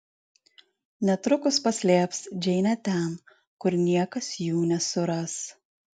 netrukus paslėps džeinę ten kur niekas jų nesuras